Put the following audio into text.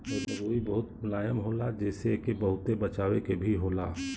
रुई बहुत मुलायम होला जेसे एके बहुते बचावे के भी होला